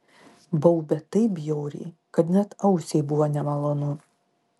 baubė taip bjauriai kad net ausiai buvo nemalonu